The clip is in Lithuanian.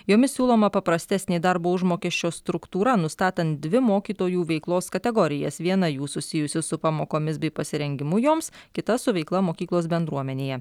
jomis siūloma paprastesnė darbo užmokesčio struktūra nustatant dvi mokytojų veiklos kategorijas viena jų susijusių su pamokomis bei pasirengimu joms kita su veikla mokyklos bendruomenėje